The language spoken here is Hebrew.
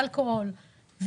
אלכוהול,